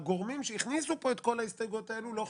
הגורמים שהכניסו לפה את כל ההסתייגויות האלה לא חיכו.